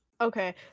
Okay